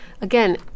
Again